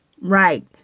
Right